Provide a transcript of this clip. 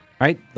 right